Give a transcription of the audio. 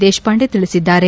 ದೇಶಪಾಂಡೆ ತಿಳಿಸಿದ್ದಾರೆ